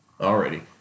Alrighty